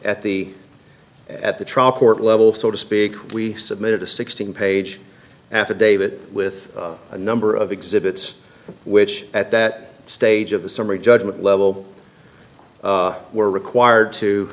at the at the trial court level so to speak we submitted a sixteen page affidavit with a number of exhibits which at that stage of a summary judgment level were required to